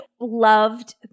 loved